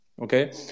Okay